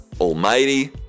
Almighty